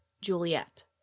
Juliet